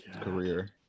career